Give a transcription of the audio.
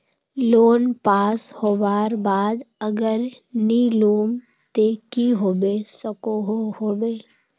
Loan pass होबार बाद अगर नी लुम ते की होबे सकोहो होबे?